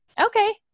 Okay